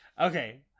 Okay